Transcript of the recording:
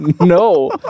No